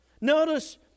Notice